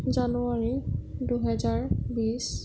জানুৱাৰী দুহেজাৰ বিশ